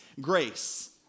grace